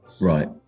Right